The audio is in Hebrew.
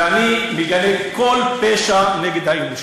ואני מגנה כל פשע נגד האנושות.